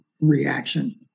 reaction